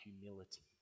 humility